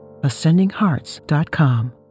ascendinghearts.com